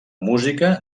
música